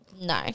No